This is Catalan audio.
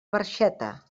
barxeta